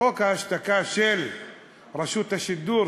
חוק ההשתקה של רשות השידור,